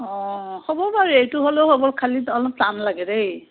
অঁ হ'ব বাৰু এইটো হ'লেও হ'ব খালী অলপ টান লাগে দেই